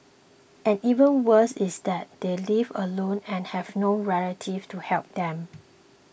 and even worse is that they live alone and have no relatives to help them